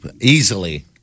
Easily